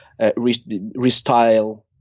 restyle